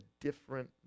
different